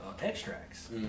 extracts